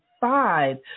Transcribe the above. five